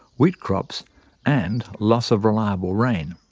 wheat crops and loss of reliable rain.